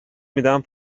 میدم